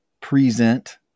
Present